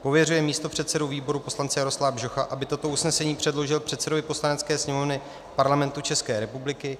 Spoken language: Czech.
II. pověřuje místopředsedu výboru poslance Jaroslava Bžocha, aby toto usnesení předložil předsedovi Poslanecké sněmovny Parlamentu České republiky;